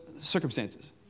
circumstances